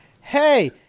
hey